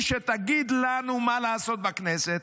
מי היא שתגיד לנו מה לעשות בכנסת?